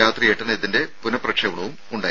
രാത്രി എട്ടിന് ഇതിന്റെ പുനഃപ്രക്ഷേപണവും കേൾക്കാം